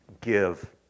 give